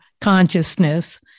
consciousness